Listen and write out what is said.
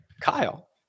Kyle